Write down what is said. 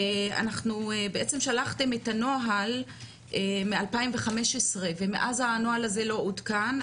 אנחנו בעצם שלחתם את הנוהל מ-2015 ומאז הנוהל הזה לא עודכן,